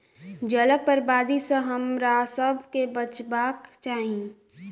जलक बर्बादी सॅ हमरासभ के बचबाक चाही